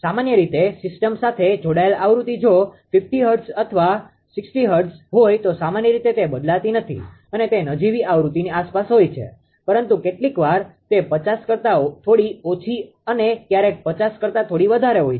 સામાન્ય રીતે સીસ્ટમ સાથે જોડાયેલ આવૃત્તિ જો 50 Hz અથવા 60 Hz હોય તો સામાન્ય રીતે તે બદલાતી નથી અને તે નજીવી આવૃતિની આસપાસ હોય છે પરંતુ કેટલીકવાર તે 50 કરતા થોડી ઓછી અને ક્યારેક 50 કરતા થોડી વધારે હોય છે